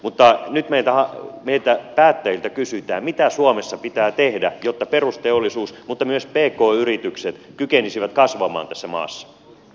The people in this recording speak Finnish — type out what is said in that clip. mutta nyt meiltä päättäjiltä kysytään mitä suomessa pitää tehdä jotta perusteollisuus mutta myös pk yritykset kykenisivät kasvamaan tässä maassa